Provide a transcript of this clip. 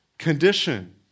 condition